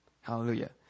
Hallelujah